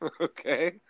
okay